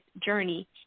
journey